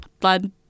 blood